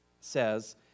says